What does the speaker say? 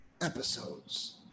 episodes